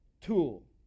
tool